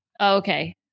okay